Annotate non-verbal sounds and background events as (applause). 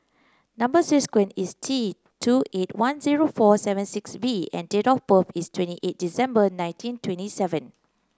number (unintelligible) is T two eight one zero four seven six V and date of birth is twenty eight December nineteen twenty seven